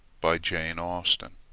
by jane austen